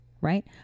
right